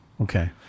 Okay